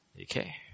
Okay